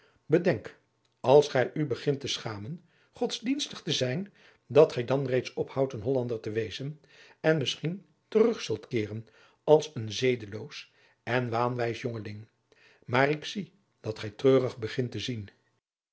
bedenk als gij u begint te schamen godsdienstig te zijn dat gij dan reeds ophoudt een hollander te wezen en misschien terug zult keeren als een zedeloos en waanwijs jongeling maar ik zie dat gij treurig begint te zien